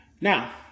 Now